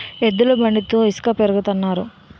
ఎద్దుల బండితో ఇసక పెరగతన్నారు